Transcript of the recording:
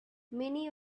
many